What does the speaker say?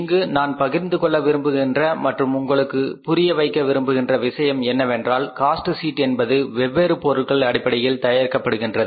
இங்கு நான் பகிர்ந்துகொள்ள விரும்புகின்ற மற்றும் உங்களுக்கு புரியவைக்க விரும்புகின்ற விஷயம் என்னவென்றால் காஸ்ட் சீட் என்பது வெவ்வேறு பொருட்கள் அடிப்படையில் தயாரிக்கப்படுகின்றது